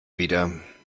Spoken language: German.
wieder